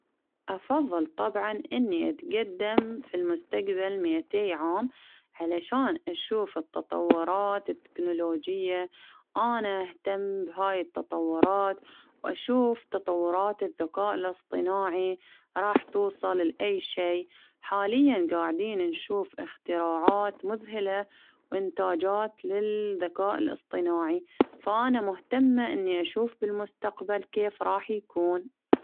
أفظل طبعا إني أتقدم في المستقبل مئتي عام، علشان أشوف التطورات التكنولوجية ،أنا أهتم بهاي التطورات، وأشوف تطورات الذكاء الإصطناعي راح توصل لأي شي، حاليا قاعدين نشوف إختراعات مذهلة، وإنتاجات للذكاء الإصطناعي، فأنا مهتمة إني أشوف بالمستقبل كيف راح يكون.